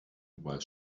while